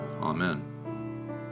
Amen